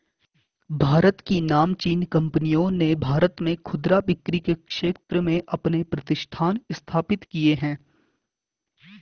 भारत की नामचीन कंपनियों ने भारत में खुदरा बिक्री के क्षेत्र में अपने प्रतिष्ठान स्थापित किए हैं